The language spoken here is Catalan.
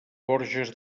borges